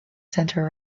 centre